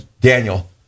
Daniel